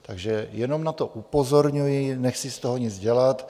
Takže jenom na to upozorňuji, nechci z toho nic dělat.